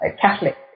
Catholic